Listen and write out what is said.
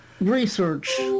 Research